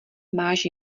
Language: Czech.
máš